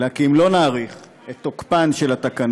אלא כי אם לא נאריך את תוקפן של התקנות,